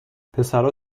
پسرا